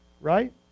right